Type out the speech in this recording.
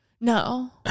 No